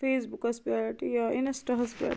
face بُکس پٮ۪ٹھ یا اِنسٹاہس پٮ۪ٹھ